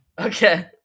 Okay